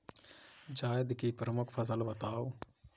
जायद की प्रमुख फसल बताओ